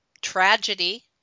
tragedy